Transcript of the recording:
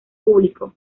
público